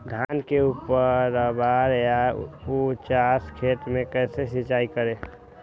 धान के ऊपरवार या उचास खेत मे कैसे सिंचाई करें?